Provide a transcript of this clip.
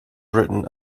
written